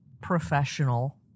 professional